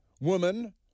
Woman